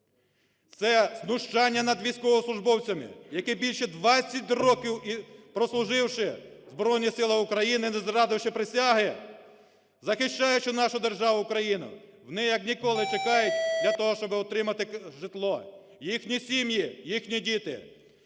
Це знущання над військовослужбовцями, які, більше 20 років прослуживши в Збройних Силах України, не зрадивши присяги, захищаючи нашу державу Україну, вони як ніколи чекають для того, щоб отримати житло, їхні сім'ї, їхні діти.